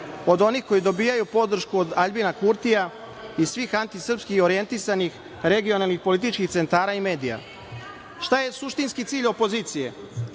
od onih koji dobijaju podršku od Aljbina Kurtija i svih antisrpski orijentisanih regionalnih političkih centara i medija. Šta je suštinski cilj opozicije?